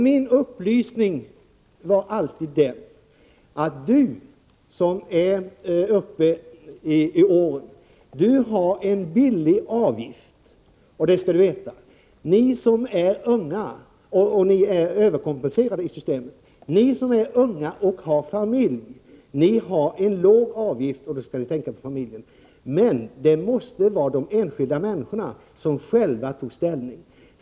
Min upplysning var alltid: Ni som har kommit upp i åldrarna har en låg avgift, och ni är överkompenserade i systemet — det skall ni veta. Ni som är unga och har familj har också en låg avgift, och ni bör tänka på familjen. Men det är de enskilda människorna som själva skall ta ställning.